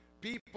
People